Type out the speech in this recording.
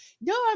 no